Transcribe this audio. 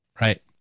right